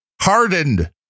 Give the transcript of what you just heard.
hardened